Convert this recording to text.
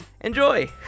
Enjoy